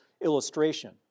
illustration